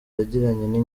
yagiranye